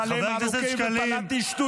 חבר הכנסת שקלים, חבר הכנסת שקלים, תודה.